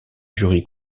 jury